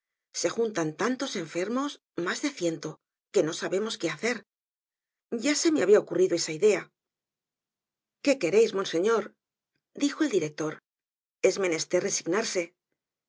se juntan tantos enfermos mas de ciento que no sabemos qué hacer ya se me habia ocurrido esa idea qué quereis monseñor dijo el director es menester resignarse